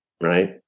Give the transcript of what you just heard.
right